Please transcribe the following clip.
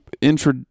intro